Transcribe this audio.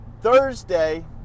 Thursday